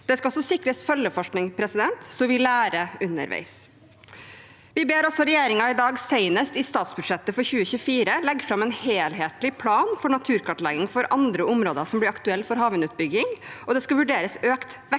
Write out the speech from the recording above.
Det skal også sikres følgeforskning slik at vi lærer underveis. Vi ber også regjeringen i dag om senest i statsbudsjettet for 2024 å legge fram en helhetlig plan for naturkartlegging for andre områder som blir aktuelle for havvindutbygging, og det skal vurderes økt vekting